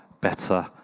better